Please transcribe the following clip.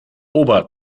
ober